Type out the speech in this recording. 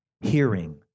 hearing